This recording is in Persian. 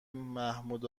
محمود